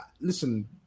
listen